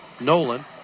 Nolan